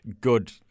good